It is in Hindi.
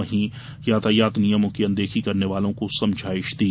वहीं यातायात नियमों की अनदेखी करने वालों को समझाइश दी